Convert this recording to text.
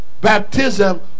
Baptism